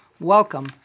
welcome